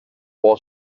wall